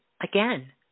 again